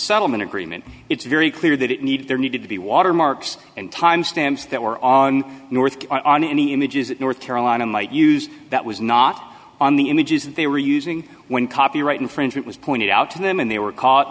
settlement agreement it's very clear that it need there need to be water marks and time stamps that were on north on any images that north carolina might use that was not on the images they were using when copyright infringement was pointed out to them and they were caught